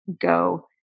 go